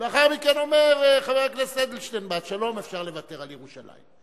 ולאחר מכן אומר חבר הכנסת אדלשטיין: בעד שלום אפשר לוותר על ירושלים.